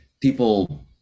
people